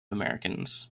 americans